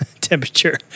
temperature